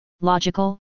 logical